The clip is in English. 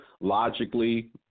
Logically